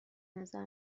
نظر